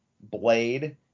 Blade